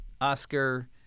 Oscar